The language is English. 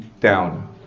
down